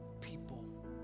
people